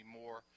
more